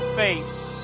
face